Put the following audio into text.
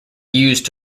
used